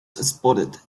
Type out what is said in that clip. spotted